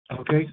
Okay